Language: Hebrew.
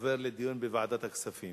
עובר לדיון בוועדת הכספים.